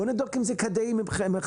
בואו נבדוק אם זה כדאי כלכלית.